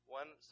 one